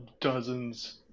dozens